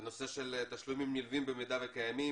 בנושא של תשלומים נלווים במידה וקיימים,